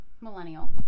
Millennial